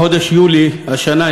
מחודש יולי השנה,